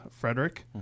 Frederick